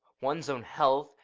one's own health,